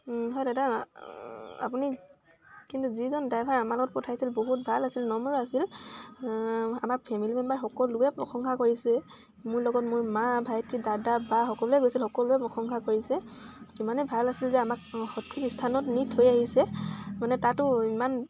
হয় দাদা আপুনি কিন্তু যিজন ড্ৰাইভাৰ আমাৰ লগত পঠাইছিল বহুত ভাল আছিল নম্ৰ আছিল আমাৰ ফেমিলি মেম্বাৰ সকলোৱে প্ৰশংসা কৰিছে মোৰ লগত মোৰ মা ভাইটি দাদা বা সকলোৱে গৈছিল সকলোৱে প্ৰশংসা কৰিছে ইমানেই ভাল আছিল যে আমাক সঠিক স্থানত নি থৈ আহিছে মানে তাতো ইমান